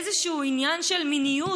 איזשהו עניין של מיניות,